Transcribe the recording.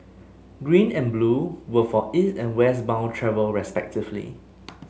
green and blue were for East and West bound travel respectively